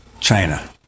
China